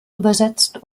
übersetzt